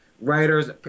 writers